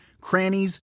crannies